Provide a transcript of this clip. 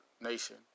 nation